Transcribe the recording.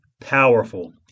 powerful